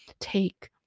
take